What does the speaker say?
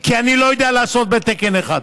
אני לא יודע לעשות בתקן אחד.